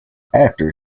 after